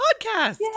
podcast